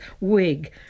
wig